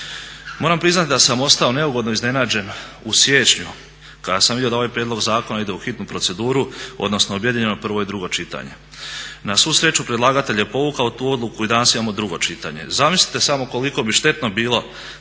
Moram priznati da sam ostao neugodno iznenađen u siječnju kada sam vidio da ovaj prijedlog zakona ide u hitnu proceduru, odnosno objedinjeno prvo i drugo čitanje. Na svu sreću predlagatelj je povukao tu odluku i danas imamo drugo čitanje. Zamislite samo koliko bi štetno bilo